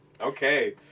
Okay